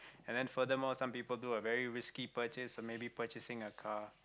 and then furthermore some people do a very risky purchase so maybe purchasing a car